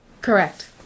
Correct